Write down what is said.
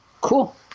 Cool